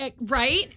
right